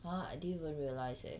!wah! I didn't even realise eh